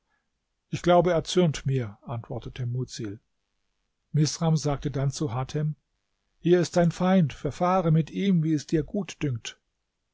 ich glaube er zürnt mir antwortete mudsil misram sagte dann zu hatem hier ist dein feind verfahre mit ihm wie es dir gut dünkt